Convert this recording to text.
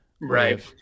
Right